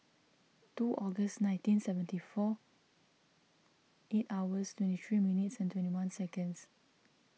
two Aug nineteen seventy four eight hours twenty three minutes and twenty one seconds